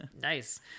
Nice